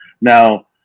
Now